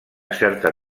certa